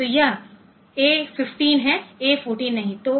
तो यह A 15 हैA 14नहीं